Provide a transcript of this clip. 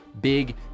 big